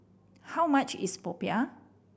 how much is popiah